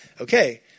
Okay